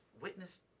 witness